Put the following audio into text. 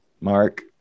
Mark